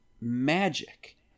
magic